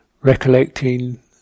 recollecting